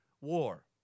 war